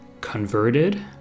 converted